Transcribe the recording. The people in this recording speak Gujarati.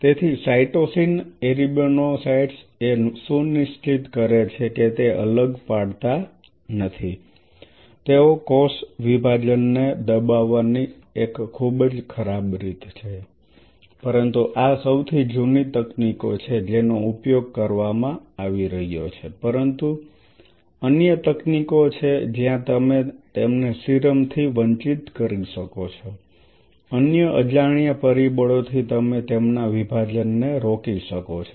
તેથી સાયટોસિન એરેબીનોસાઇટ્સ એ સુનિશ્ચિત કરે છે કે તે અલગ પાડતા નથી તેઓ કોષ વિભાજનને દબાવવાની એક ખૂબ જ ખરાબ રીત છે પરંતુ આ સૌથી જૂની તકનીકો છે જેનો ઉપયોગ કરવામાં આવી રહ્યો છે પરંતુ અન્ય તકનીકો છે જ્યાં તમે તેમને સીરમ થી વંચિત કરી શકો છો અન્ય અજાણ્યા પરિબળોથી તમે તેમના વિભાજનને રોકી શકો છો